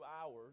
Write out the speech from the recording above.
hours